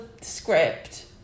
script